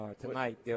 Tonight